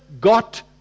got